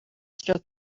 stroke